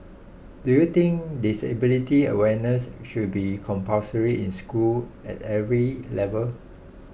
do you think disability awareness should be compulsory in schools at every level